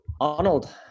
Arnold